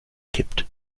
kippt